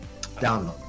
download